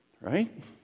Right